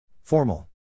Formal